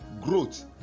growth